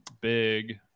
big